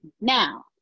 Now